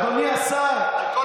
אדוני השר, תקבל תשובה.